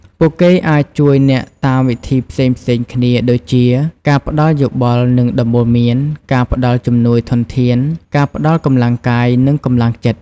ពួកគេអាចជួយអ្នកតាមវិធីផ្សេងៗគ្នាដូចជា ការផ្តល់យោបល់ និងដំបូន្មាន ការផ្តល់ជំនួយធនធាន ការផ្តល់កម្លាំងកាយ និងកម្លាំងចិត្ត។